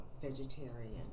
vegetarian